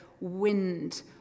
wind